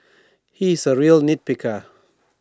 he is A real nit picker